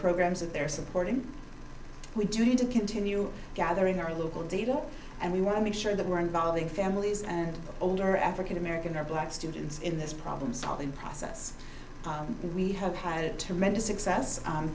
programs that they're supporting we do need to continue gathering our local deal and we want to make sure that we're involving families and older african american or black students in this problem solving process and we have had tremendous success